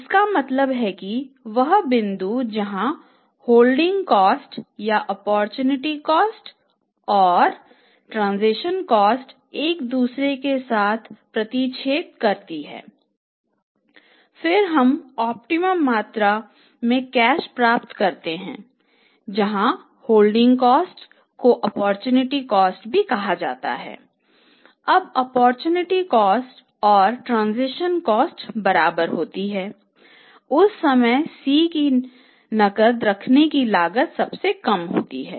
इसका मतलब है कि वह बिंदु जहां होल्डिंग कॉस्ट बराबर होती है उस समय C की नकद रखने की लागत सबसे कम होती है